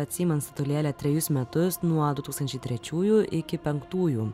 atsiimant statulėlę trejus metus nuo du tūkstaničai trečiųjų iki penktųjų